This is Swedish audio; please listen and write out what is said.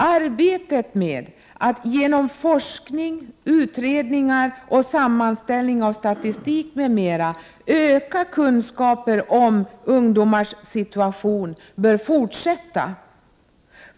Arbetet med att genom forskning, utredningar och sammanställning av statistik m.m. öka kunskapen om ungdomars situation bör fortsätta.